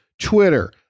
Twitter